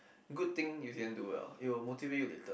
good thing you can do well it will motivate you later